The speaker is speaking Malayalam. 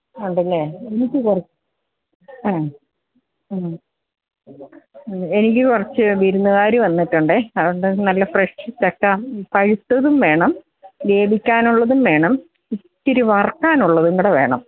ഉണ്ടല്ലെ എനിക്ക് കുറച്ച് ആ മ് എനിക്ക് കുറച്ച് വിരുന്നുകാര് വന്നിട്ടുണ്ടേ അതുകൊണ്ട് നല്ല ഫ്രെഷ് ചക്ക പഴുത്തതും വേണം വേവിക്കാനുള്ളതും വേണം ഇത്തിരി വറക്കാനുള്ളതും കൂടെ വേണം